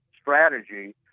strategy